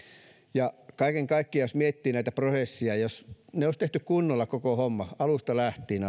kaiken kaikkiaan jos miettii näitä prosesseja niin jos ne olisi tehty kunnolla koko homma alusta lähtien